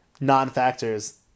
non-factors